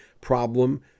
problem